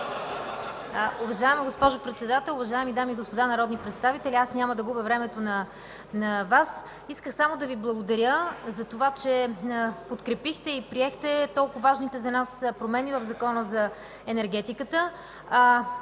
Уважаема госпожо Председател, уважаеми дами и господа народни представители! Аз няма да губя Вашето време. Исках само да Ви благодаря за това, че подкрепихте и приехте толкова важните за нас промени в Закона за енергетиката.